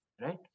right